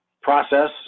process